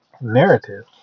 narrative